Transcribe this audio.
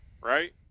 right